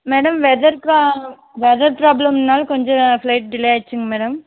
madam weather pro weather ப்ராப்ளம்னால் கொஞ்சம் flight delay ஆயிடுச்சிங்க மேடம்